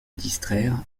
distraire